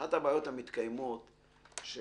אחת הבעיות המתקיימות זה